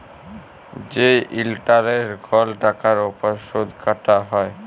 যে ইলটারেস্ট কল টাকার উপর সুদ কাটা হ্যয়